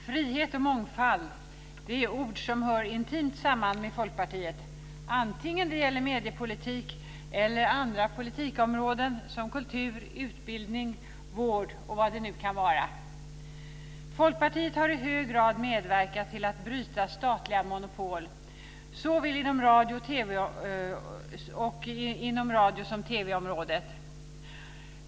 Fru talman! Frihet och mångfald är ord som hör intimt samman med Folkpartiet, oavsett om det gäller mediepolitik eller andra politikområden som kultur, utbildning och vård. Folkpartiet har i hög grad medverkat till att bryta statliga monopol såväl inom radioområdet som inom TV-området.